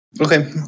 Okay